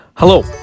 hello